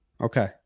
Okay